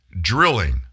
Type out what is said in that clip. drilling